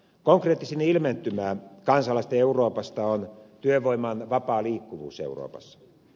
konkreettisin ilmentymä kansalaisten euroopasta on työvoiman vapaa liikkuvuus euroopassa